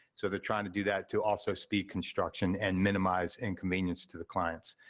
so they're trying to do that to also speed construction and minimize inconvenience to the clients.